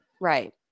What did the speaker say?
right